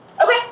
Okay